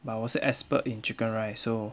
but 我是 expert in chicken rice so